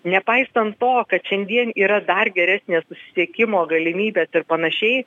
nepaisant to kad šiandien yra dar geresnės susisiekimo galimybės ir panašiai